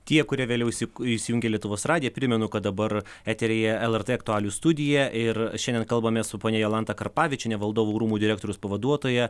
tie kurie vėliau įsik įsijungė lietuvos radiją primenu kad dabar eteryje lrt aktualijų studija ir šiandien kalbamės su ponia jolanta karpavičiene valdovų rūmų direktoriaus pavaduotoja